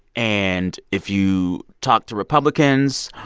and if you talk to republicans,